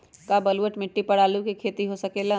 का बलूअट मिट्टी पर आलू के खेती हो सकेला?